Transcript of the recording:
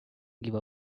give